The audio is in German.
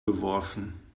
geworfen